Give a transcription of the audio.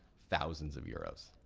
thousands of euros.